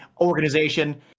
organization